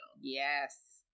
Yes